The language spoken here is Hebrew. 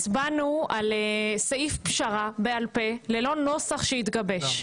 הצבענו על סעיף פשרה בעל פה ללא נוסח שהתגבש.